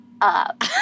up